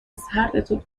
سردتو